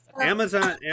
Amazon